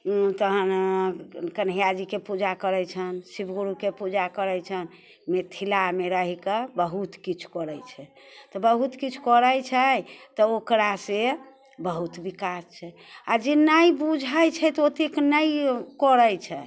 तहन कन्हैया जीके पूजा करै छनि शिव गुरुके पूजा करै छनि मिथिलामे रहिकऽ बहुत किछु करै छै तऽ बहुत किछु करै छै तऽ ओकरासँ बहुत विकास छै आओर जे नहि बुझै छै तऽ ओतेक नहि करै छै